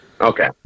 Okay